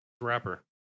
Rapper